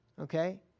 okay